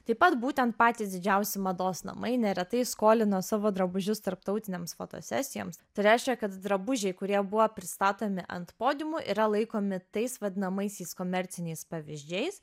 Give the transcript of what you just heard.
taip pat būtent patys didžiausi mados namai neretai skolina savo drabužius tarptautinėms fotosesijoms tai reiškia kad drabužiai kurie buvo pristatomi ant podiumo yra laikomi tais vadinamaisiais komerciniais pavyzdžiais